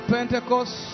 Pentecost